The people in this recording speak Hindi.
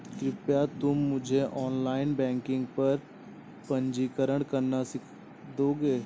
कृपया तुम मुझे ऑनलाइन बैंकिंग पर पंजीकरण करना सीख दोगे?